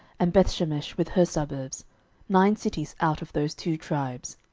and bethshemesh with her suburbs nine cities out of those two tribes.